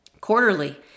Quarterly